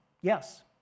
yes